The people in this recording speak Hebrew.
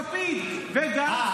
לפיד וגנץ,